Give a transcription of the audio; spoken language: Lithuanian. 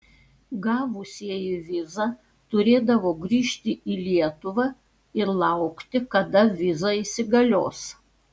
gavusieji vizą turėdavo grįžti į lietuvą ir laukti kada viza įsigalios